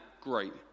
great